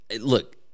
look